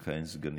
לך אין סגנים,